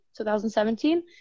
2017